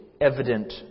evident